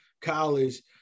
college